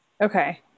Okay